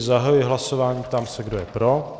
Zahajuji hlasování a ptám se, kdo je pro.